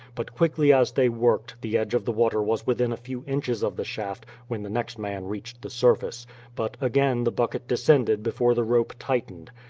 but quickly as they worked, the edge of the water was within a few inches of the shaft when the next man reached the surface but again the bucket descended before the rope tightened.